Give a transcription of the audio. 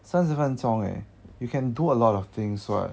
三十分钟 eh you can do a lot of things [what]